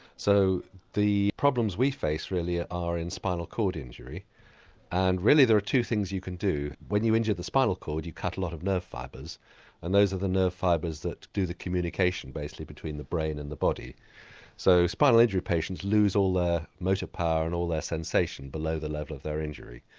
so the problems we face really ah are in spinal cord injury and really there are two things you can do. when you injure the spinal cord you cut a lot of nerve fibres and those are the nerve fibres that do the communication basically between the brain and the body so spinal injury patients lose all their motor power and all their sensation below the level of their injury.